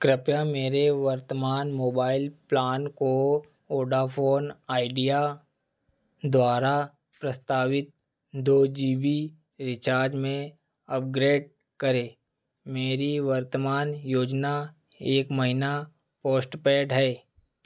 कृपया मेरे वर्तमान मोबाइल प्लान को वोडाफ़ोन आइडिया द्वारा प्रस्तावित दो जी बी रिचार्ज में अपग्रेड करें मेरी वर्तमान योजना एक महीना पोस्टपेड है